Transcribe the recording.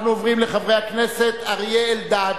אנחנו עוברים לחברי הכנסת אריה אלדד,